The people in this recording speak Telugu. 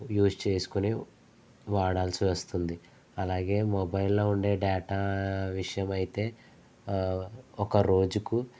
యూస్ చేసుకొని వాడాల్సి వస్తుంది అలాగే మొబైల్లో ఉండే డేటా విషయమైతే ఒక రోజుకు